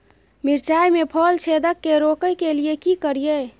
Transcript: मिर्चाय मे फल छेदक के रोकय के लिये की करियै?